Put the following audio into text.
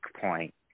point